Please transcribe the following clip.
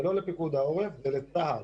זה לא לפיקוד העורף, זה לצה"ל.